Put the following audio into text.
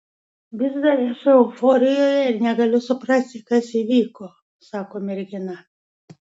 vis dar esu euforijoje ir negaliu suprasti kas įvyko sako mergina